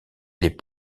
les